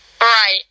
Right